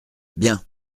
bien